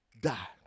die